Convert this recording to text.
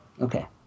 Okay